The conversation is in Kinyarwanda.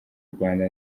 rwanda